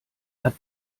hat